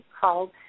called